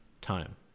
time